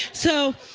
so